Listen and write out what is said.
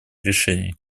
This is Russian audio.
решений